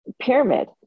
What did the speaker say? pyramid